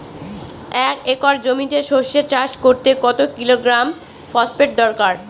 এক একর জমিতে সরষে চাষ করতে কত কিলোগ্রাম ফসফেট দরকার?